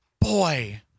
Boy